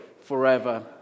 forever